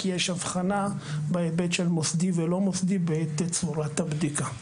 כי יש אבחנה בהיבט של מוסדי ולא מוסדי בתצורת הבדיקה.